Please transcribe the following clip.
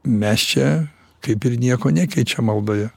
mes čia kaip ir nieko nekeičiam maldoje